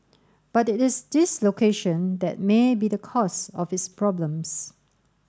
but it is this location that may be the cause of its problems